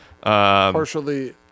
Partially